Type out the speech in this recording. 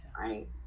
right